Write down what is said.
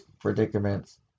predicaments